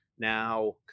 now